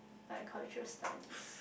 bicultural studies